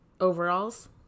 overalls